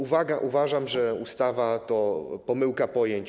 Uwaga: uważam, że ustawa to pomyłka pojęć.